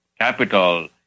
capital